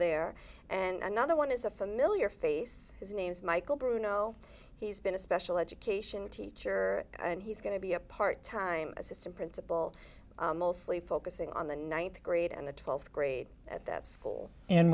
there and another one is a familiar face busy his name is michael bruno he's been a special education teacher and he's going to be a part time assistant principal mostly focusing on the th grade and the th grade at that school